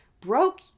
broke